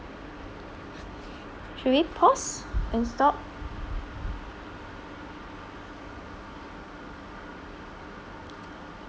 should we pause and stop